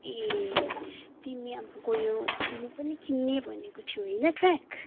ए तिमी अब गयौ तिमी पनि किन्ने भनेको थियो होइन ट्र्याक